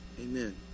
Amen